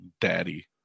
daddy